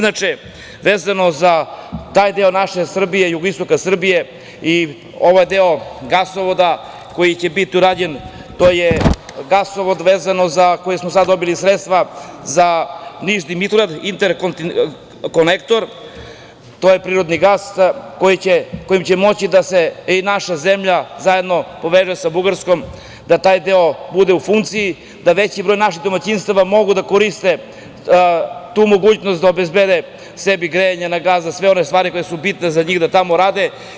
Vezano za taj deo naše Srbije, jugoistoka Srbije i ovaj deo gasovoda koji će biti urađen, to je gasovod za koji smo dobili sredstva, vezano za Niš-Dimitrovgrad inter konektor, prirodni gas kojim će moći naša zemlja da se poveže sa Bugarskom, da taj deo bude u funkciji i da veći broj našim domaćinstava može da koristi tu mogućnost da obezbede sebi grejanje na gas, sve one stvari koje su bitne za njih da tamo rade.